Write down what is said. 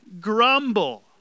grumble